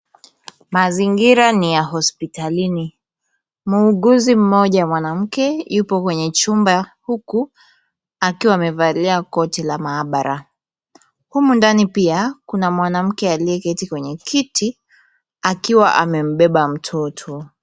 Mazingira ni ya hospitalini. Muuguzi mmoja mwanamke yupo kwenye chumba huku akiwa amevalia koti la maabara. Humu ndani pia kuna mwanamke ameketi kwenye kiti, akiwa amembeba mtoto.